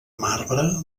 marbre